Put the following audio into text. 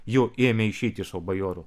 jau ėmė išeiti iš to bajorų